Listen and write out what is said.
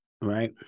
Right